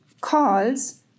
calls